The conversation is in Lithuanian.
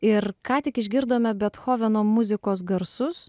ir ką tik išgirdome bethoveno muzikos garsus